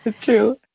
True